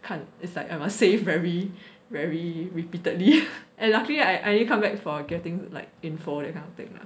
看 it's like I must save very very repeatedly and luckily I I didn't come back for getting like info that kind of thing lah